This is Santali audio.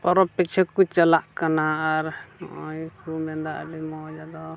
ᱯᱚᱨᱚᱵᱽ ᱯᱤᱪᱷᱤ ᱠᱚ ᱪᱟᱞᱟᱜ ᱠᱟᱱᱟ ᱟᱨ ᱱᱚᱜᱼᱚᱭ ᱠᱚ ᱢᱮᱱᱟ ᱟᱹᱰᱤ ᱢᱚᱡᱽ ᱟᱫᱚ